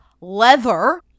leather